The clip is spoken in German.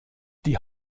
die